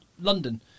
London